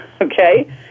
Okay